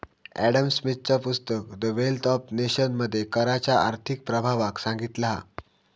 Adam स्मिथचा पुस्तक the wealth of nation मध्ये कराच्या आर्थिक प्रभावाक सांगितला हा